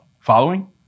Following